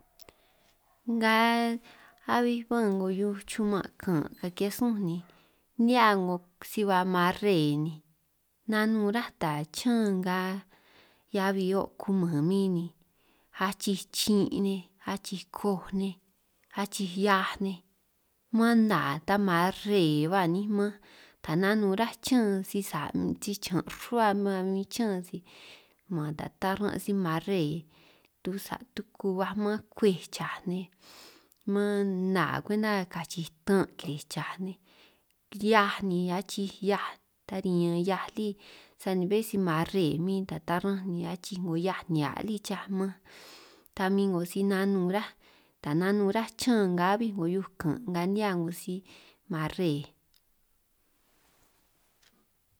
Nga abi ba'anj 'ngo hiuj chuman' kan' ka'anj ki'hiaj súnj ni nihia 'ngo si ba marre ni, nanun ruhua ta chiñan nga heabi o' kuman min ni achij chin', nej achij koj nej, achij hiaj nej, man nna ta marre ba niinj manj ta nanun rruhua chiñan si sa' si chiñan' si rruhua ba min chiñán si, man ta taran' si marre tu sa tuku baj manj kwej chaj nej, man nna kwenta kachij ttan' kirij chaj nej, kiri hiaj ni achij hiaj ta riñan hiaj lí, sani bé si marre min ta taran'anj ni achij 'ngo hiaj nihia' lí chaj manj, ta min 'ngo si nanun ráj ta nanun ráj chiñán nga abi 'ngo hiuj kan' nga ni'hia 'ngo si marre.